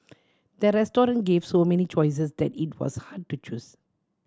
the restaurant gave so many choices that it was hard to choose